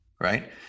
right